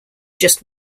just